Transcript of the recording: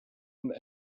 und